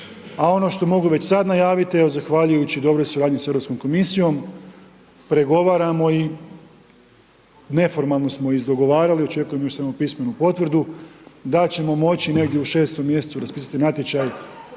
a ono što mogu već sada najaviti, evo, zahvaljujući dobroj suradnji sa Europskom komisijom, pregovaramo i o, neformalno smo izdogovarali, očekujemo još samo pismenu potvrdu, da ćemo moći negdje u 6. mj. raspisati natječaj